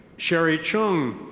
sherry chung.